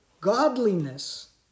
Godliness